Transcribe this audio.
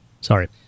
Sorry